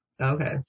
Okay